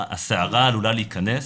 הסערה עלולה להיכנס,